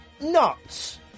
nuts